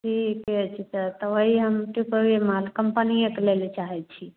ठीक है अच्छा तो वही हम माल कंपनीए क लैल चाहै छी